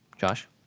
Josh